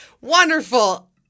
wonderful